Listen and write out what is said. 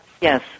Yes